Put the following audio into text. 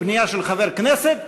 פנייה של חבר כנסת,